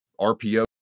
RPO